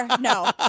no